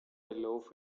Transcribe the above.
loaf